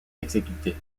exécutés